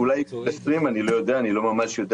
אולי 2020, אני לא ממש יודע